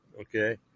okay